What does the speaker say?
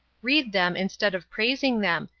read them instead of praising them,